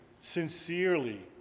sincerely